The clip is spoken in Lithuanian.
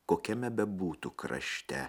kokiame bebūtų krašte